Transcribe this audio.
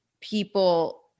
people